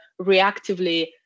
reactively